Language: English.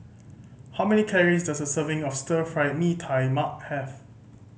how many calories does a serving of Stir Fried Mee Tai Mak have